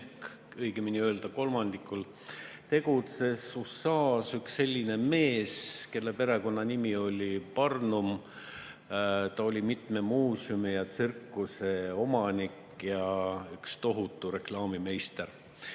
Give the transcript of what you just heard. õigemini öeldes kolmandikul tegutses USA-s üks selline mees, kelle perekonnanimi oli Barnum. Ta oli mitme muuseumi ja tsirkuse omanik ja üks tohutu reklaamimeister.